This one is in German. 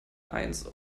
eins